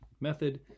method